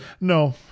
no